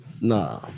Nah